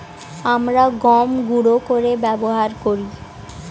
আমরা গম গুঁড়ো করে ব্যবহার করি